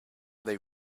they